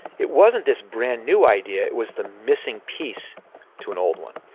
it wasn't this brand new idea. was the missing piece to an old one.